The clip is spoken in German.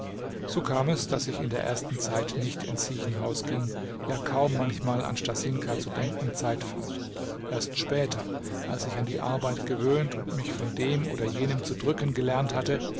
so kam es daß ich in der ersten zeit nicht ins siechenhaus ging ja kaum manchmal an stasinka zu denken zeit fand erst später als ich an die arbeit gewöhnt und mich von dem oder jenem zu drücken gelernt hatte